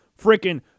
freaking